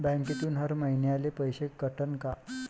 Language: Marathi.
बँकेतून हर महिन्याले पैसा कटन का?